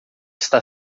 está